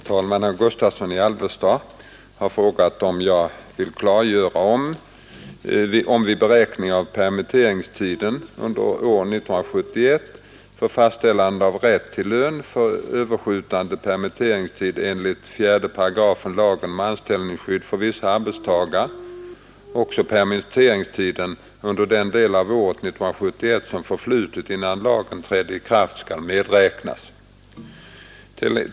Herr talman! Herr Gustavsson i Alvesta har frågat mig om jag vill klargöra om, vid beräkning av permitteringstiden under år 1971 för fastställande av rätt till lön för överskjutande permitteringstid enligt 4 § lagen om anställningsskydd för vissa arbetstagare, också permitteringstid under den del av år 1971 som förflutit innan lagen trädde i kraft skall medräknas.